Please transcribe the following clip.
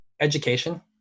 education